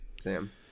sam